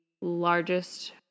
largest